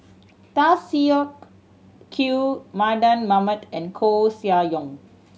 Tan Siak Kew Mardan Mamat and Koeh Sia Yong